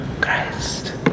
Christ